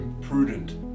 prudent